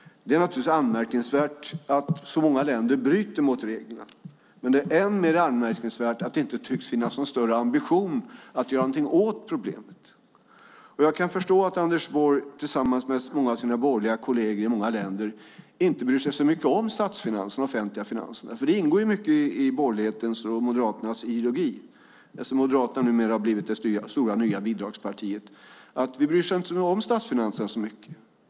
Det är naturligtvis anmärkningsvärt att så många länder bryter mot reglerna, men det är än mer anmärkningsvärt att det inte tycks finnas någon större ambition att göra något åt problemet. Jag kan förstå att Anders Borg tillsammans med många av de borgerliga kollegerna i många länder inte bryr sig så mycket om de offentliga finanserna, för det ingår mycket i borgerlighetens och Moderaternas ideologi där Moderaterna nu har blivit det stora nya bidragspartiet. De bryr sig inte om statsfinanserna så mycket.